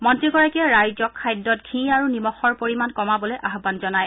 মন্ত্ৰীগৰাকীয়ে ৰাইজক খাদ্যত ঘিঁ আৰু নিমখৰ পৰিমাণ কমাবলৈ আহান জনায়